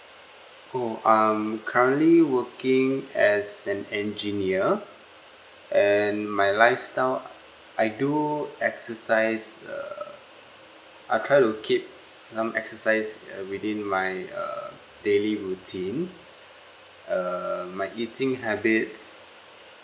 oh I'm currently working as an engineer and my lifestyle I do exercise err I try to keep some exercise err within my err daily routine err my eating habits